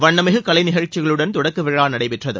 வண்ணமிகு கலை நிகழ்ச்சிகளுடன் தொடக்க விழா நடைபெற்றது